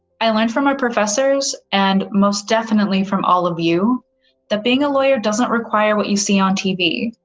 i learned from my professors and most definitely from all of you that being a lawyer doesn't require what you see on tv,